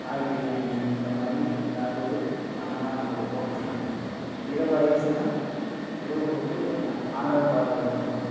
காய் பிரியாணி இந்த மாதிரி ஏதாத்து ஒரு அன்னதானம் கொடுப்போம் இரவு ஆகிருச்சுனா இரவு வந்து ஆடல் பாடல் இருக்கும்